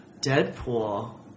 Deadpool